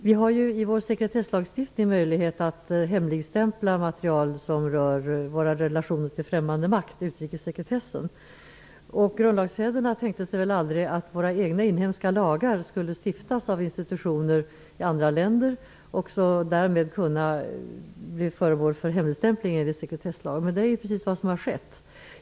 Herr talman! Vi har genom vår sekretesslagstiftning möjlighet att hemligstämpla material som rör våra relationer till främmande makt -- utrikessekretessen. Grundlagsfäderna tänkte sig väl aldrig att våra egna inhemska lagar skulle stiftas av institutioner i andra länder och därmed kunna bli föremål för hemligstämpling enligt sekretesslagen. Men det är precis vad som har skett.